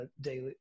daily